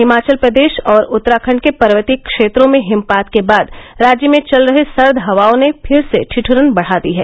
हिमाचल प्रदेश और उत्तराखंड के पर्वतीय क्षेत्रों में हिमपात के बाद राज्य में चल रही सर्द हवाओं ने फिर से ठिदुरन बढ़ा दी है